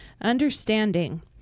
Understanding